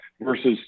versus